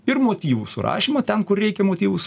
ir motyvų surašymą ten kur reikia motyvus